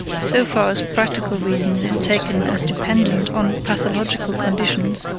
so far as practical reason is taken as dependent on pathological conditions,